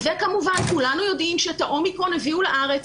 כמובן כולנו יודעים שאת ה-אומיקרון הביאו לארץ